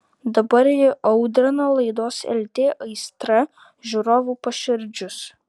dabar ji audrina laidos lt aistra žiūrovų paširdžius